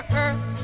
earth